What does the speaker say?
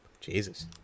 Jesus